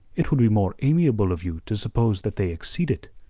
it would be more amiable of you to suppose that they exceed it.